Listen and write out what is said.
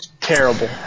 Terrible